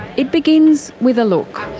it begins with a look.